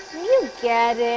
get it!